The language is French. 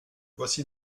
voici